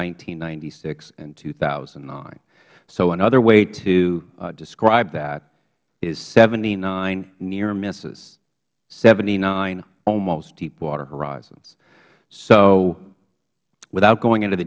and ninety six and two thousand and nine so another way to describe that is seventy nine near misses seventy nine almost deepwater horizons so without going into the